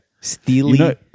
Steely